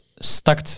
stuck